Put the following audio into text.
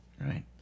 right